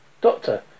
Doctor